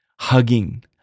Hugging